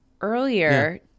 Earlier